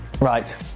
Right